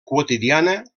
quotidiana